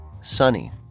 sunny